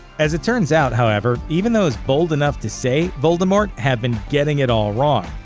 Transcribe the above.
as it turns out, however, even those bold enough to say voldemort have been getting it all wrong.